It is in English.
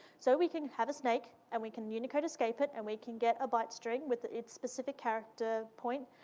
so we can have a snake, and we can unicode escape it, and we can get a byte string with its specific character point,